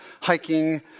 hiking